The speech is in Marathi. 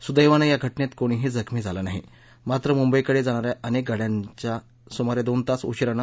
सुदद्धांनं या घटनेत कोणीही जखमी झालं नाही मात्र मुंबईकडे जाणाऱ्या अनेक गाड्यांना सुमारे दोन तास उशीर झाला